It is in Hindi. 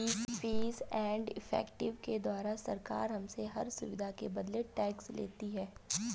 फीस एंड इफेक्टिव के द्वारा सरकार हमसे हर सुविधा के बदले टैक्स लेती है